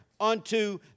unto